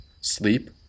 sleep